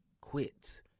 quit